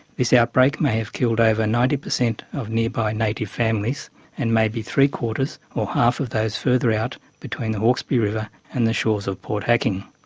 this outbreak may have killed over ninety percent of nearby native families and maybe three quarters or half of those further out between the hawkesbury river and the shores of port hacking.